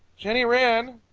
jenny wren!